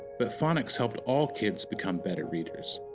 but phonics helped all kids become better readers,